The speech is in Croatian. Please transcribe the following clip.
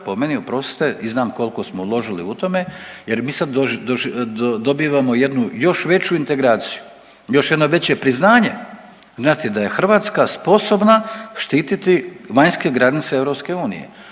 po meni oprostite i znam koliko smo uložili u tome. Jer mi sad dobivamo jednu još veću integraciju, još jedno veće priznanje znate da je Hrvatska sposobna štititi vanjske granice EU.